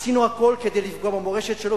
עשינו הכול כדי לפגוע במורשת שלו.